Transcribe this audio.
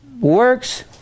Works